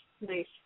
Nice